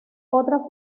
otra